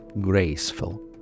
graceful